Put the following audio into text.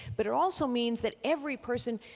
but it also means that every person,